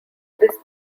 this